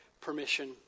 permission